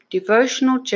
Devotional